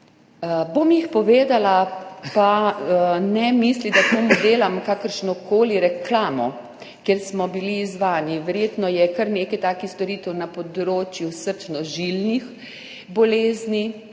bom navedla, pa ne misliti, da komu delam kakršnokoli reklamo, ker smo bili izzvani. Verjetno je kar nekaj takih storitev na področju srčno-žilnih bolezni,